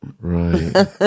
Right